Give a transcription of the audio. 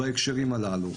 בהקשרים הללו,